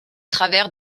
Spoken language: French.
travers